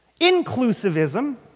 Inclusivism